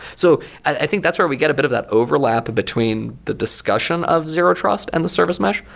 so i think that's where we get a bit of that overlap between the discussion of zero trust and the service mesh.